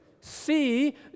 see